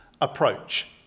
approach